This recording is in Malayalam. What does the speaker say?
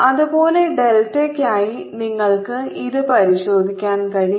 അതുപോലെ ഡെൽറ്റയ്ക്കായി നിങ്ങൾക്ക് ഇത് പരിശോധിക്കാൻ കഴിയും